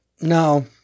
No